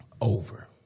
over